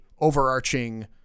overarching